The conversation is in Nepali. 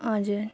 हजुर